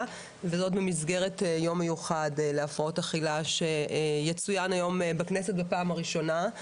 וזאת במסגרת יום מיוחד להפרעות אכילה שיצוין היום בכנסת בפעם הראשונה.